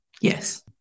Yes